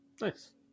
Nice